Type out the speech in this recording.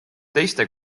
teiste